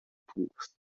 purs